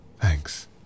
Thanks